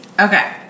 Okay